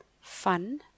fun